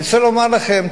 אני רוצה לומר לכם,